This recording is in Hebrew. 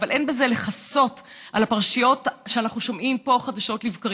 אבל אין בזה כדי לכסות על הפרשיות שאנחנו שומעים עליהן פה חדשות לבקרים.